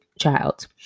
child